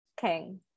King